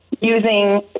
using